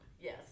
Yes